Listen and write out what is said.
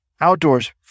Outdoors